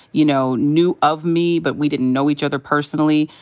you know, knew of me but we didn't know each other personally.